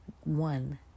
one